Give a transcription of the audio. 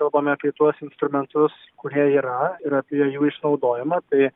kalbame apie tuos instrumentus kurie yra ir apie jų išnaudojimą tai